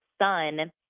son